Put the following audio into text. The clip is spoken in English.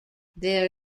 there